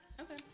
okay